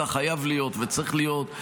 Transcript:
כך חייב להיות וצריך להיות.